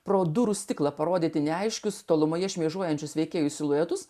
pro durų stiklą parodyti neaiškius tolumoje šmėžuojančius veikėjų siluetus